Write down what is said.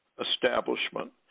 establishment